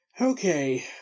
Okay